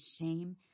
shame